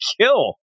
kill